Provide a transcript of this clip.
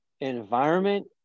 environment